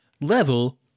Level